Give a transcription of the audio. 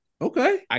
Okay